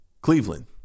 Cleveland